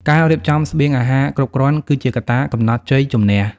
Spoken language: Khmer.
ការរៀបចំស្បៀងអាហារគ្រប់គ្រាន់ គឺជាកត្តាកំណត់ជ័យជម្នះ។